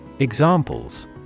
Examples